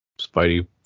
spidey